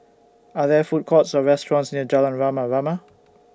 Are There Food Courts Or restaurants near Jalan Rama Rama